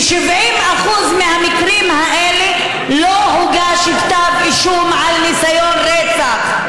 ב-70% מהמקרים האלה לא הוגש כתב אישום על ניסיון רצח.